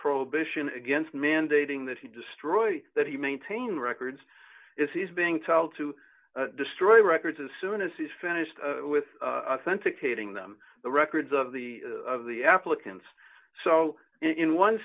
prohibition against mandating that he destroy that he maintain records if he's being told to destroy the records as soon as he's finished with authentic hating them the records of the of the applicants so in one